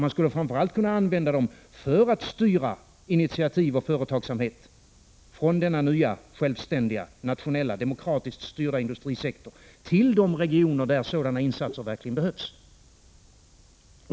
Man skulle framför allt kunna använda dem för att styra initiativ och företagsamhet från denna nya självständiga, nationella, demokratiskt styrda industrisektor till de regioner där sådana insatser verkligen behövs.